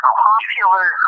popular